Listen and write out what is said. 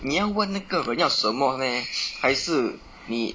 你要问那个人要什么 meh 还是你